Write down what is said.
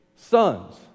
sons